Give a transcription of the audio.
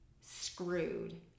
screwed